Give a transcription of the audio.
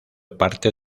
parte